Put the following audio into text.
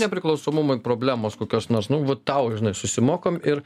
nepriklausomumui problemos kokios nors nu va tau žinai susimokom ir